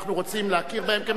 ואנחנו רוצים להכיר בהם כמדינה,